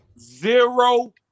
Zero